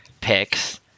picks